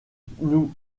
nous